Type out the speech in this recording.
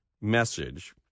message –